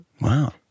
Wow